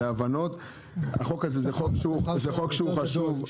זה חוק חשוב.